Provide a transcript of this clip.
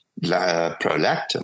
prolactin